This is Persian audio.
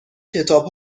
کتاب